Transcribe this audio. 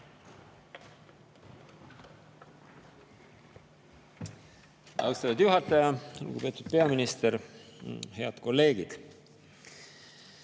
Austatud juhataja! Lugupeetud peaminister! Head kolleegid!